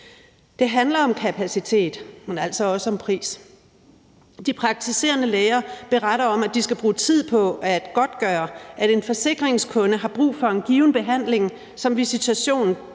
Det handler om kapacitet, men altså også om pris. De praktiserende læger beretter om, at de skal bruge tid på at godtgøre, at en forsikringskunde har brug for en given behandling som visitation